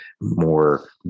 more